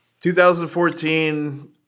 2014